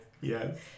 Yes